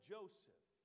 Joseph